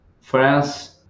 France